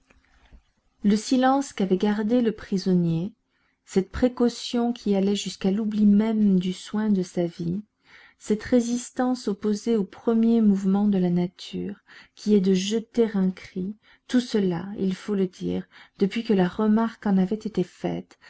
le silence qu'avait gardé le prisonnier cette précaution qui allait jusqu'à l'oubli même du soin de sa vie cette résistance opposée au premier mouvement de la nature qui est de jeter un cri tout cela il faut le dire depuis que la remarque en avait été faite